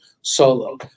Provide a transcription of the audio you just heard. solo